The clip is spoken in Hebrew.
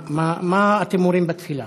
מה אתם אומרים בתפילה?